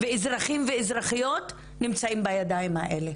אזרחים ואזרחיות - נמצאים בידיים האלה.